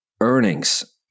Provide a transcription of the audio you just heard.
earnings